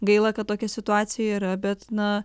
gaila kad tokia situacija yra bet na